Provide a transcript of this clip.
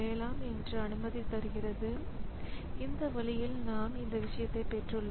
எனவே இவை அனைத்தும் மெமரி கன்ட்ரோலரால் கட்டுப்படுத்தப்படுகின்றன